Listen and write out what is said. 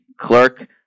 clerk